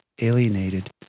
alienated